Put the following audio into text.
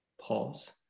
Pause